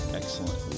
excellent